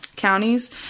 counties